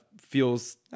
feels